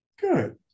good